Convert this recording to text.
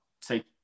say